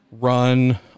run